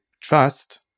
trust